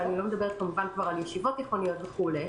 ואני לא מדברת כבר על ישיבות תיכוניות וכולי,